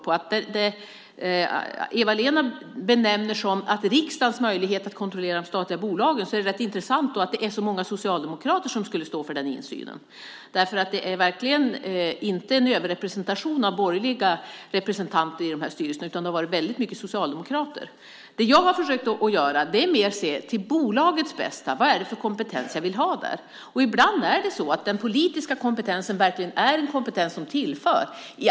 När Eva-Lena Jansson talar om riksdagens möjlighet att kontrollera de statliga bolagen är det rätt intressant att det är så många socialdemokrater som skulle stå för den insynen. Det är verkligen inte en överrepresentation av borgerliga representanter i dessa styrelser, utan det har varit väldigt många socialdemokrater. Det som jag har försökt att göra är att mer se till bolagets bästa. Vad är det för kompetens som jag vill ha där? Och ibland är den politiska kompetensen verkligen en kompetens som tillför något.